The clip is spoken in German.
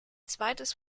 zweites